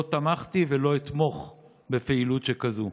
לא תמכתי ולא אתמוך בפעילות שכזאת.